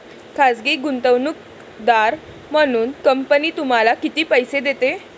खाजगी गुंतवणूकदार म्हणून कंपनी तुम्हाला किती पैसे देते?